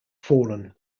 fallen